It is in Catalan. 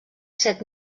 set